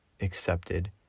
accepted